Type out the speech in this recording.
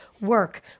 work